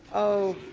oh,